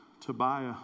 Tobiah